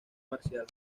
marcial